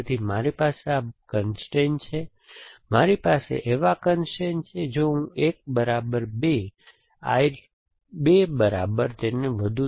તેથી મારી પાસે આ કન્સ્ટ્રેઇન છે મારી પાસે એવા કન્સ્ટ્રેઇન છે કે હું 1 બરાબર 2 I 2 બરાબર અને તેથી વધુ